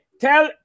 tell